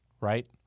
right